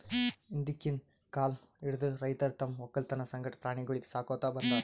ಹಿಂದ್ಕಿನ್ ಕಾಲ್ ಹಿಡದು ರೈತರ್ ತಮ್ಮ್ ವಕ್ಕಲತನ್ ಸಂಗಟ ಪ್ರಾಣಿಗೊಳಿಗ್ ಸಾಕೋತ್ ಬಂದಾರ್